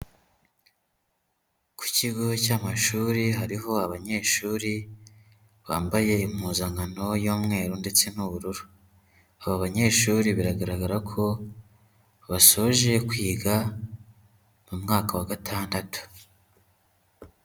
Ku kigo cy'amashuri hariho abanyeshuri bambaye impuzankano y'umweru ndetse n'ubururu, aba banyeshuri biragaragara ko basoje kwiga mu mwaka wa gatandatu.